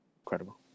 Incredible